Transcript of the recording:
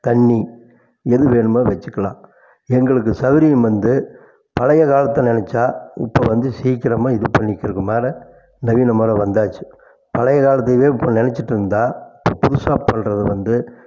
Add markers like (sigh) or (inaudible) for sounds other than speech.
தண்ணி எதுவேணுமோ வச்சிக்கலாம் எங்களுக்கு சௌரியம் வந்து பழைய காலத்தை நினச்சா இப்போ வந்து சீக்கிரமாக இது பண்ணிக்கிற (unintelligible) நவீனமுற வந்தாச்சு பழைய காலத்தவே இப்போ நினச்சிட்டு இருந்தா இப்போ புதுசாப் பண்ணுறது வந்து